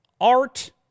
art